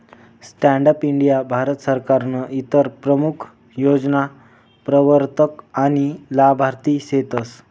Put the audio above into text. stand up India Bharat सरकारनं इतर प्रमूख योजना प्रवरतक आनी लाभार्थी सेतस